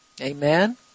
Amen